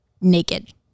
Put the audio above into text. naked